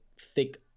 thick